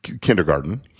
kindergarten